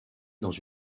dans